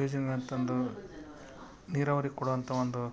ಯೋಜನೆಗಳನ್ನು ತಂದು ನೀರಾವರಿ ಕೊಡುವಂತ ಒಂದು